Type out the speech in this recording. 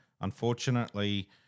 unfortunately